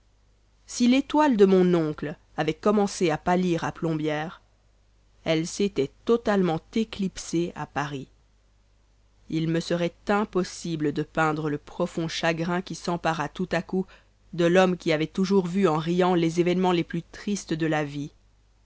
si l'étoile de mon oncle avait commencé à pâlir à plombières elle s'était totalement éclipsée à paris il me serait impossible de peindre le profond chagrin qui s'empara tout à coup de l'homme qui avait toujours vu en riant les événemens les plus tristes de la vie